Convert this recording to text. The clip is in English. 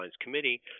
Committee